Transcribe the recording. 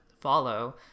follow